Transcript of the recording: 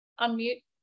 unmute